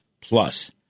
plus